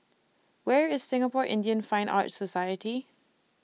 Where IS Singapore Indian Fine Arts Society